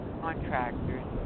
contractors